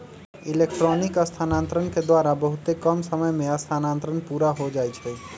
electronic स्थानान्तरण के द्वारा बहुते कम समय में स्थानान्तरण पुरा हो जाइ छइ